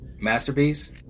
Masterpiece